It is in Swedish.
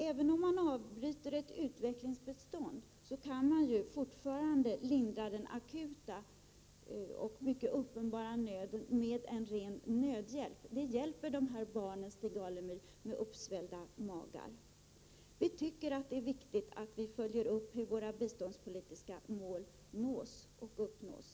Även om man avbryter utvecklingsbistånd kan man fortfarande lindra den akuta och mycket uppenbara nöden med en ren nödhjälp — det hjälper barnen med uppsvällda magar, Stig Alemyr. Det är viktigt att följa upp hur de svenska biståndspolitiska målen uppnås.